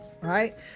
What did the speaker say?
right